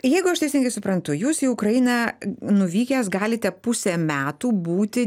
jeigu aš teisingai suprantu jūs į ukrainą nuvykęs galite pusę metų būti